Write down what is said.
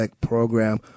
program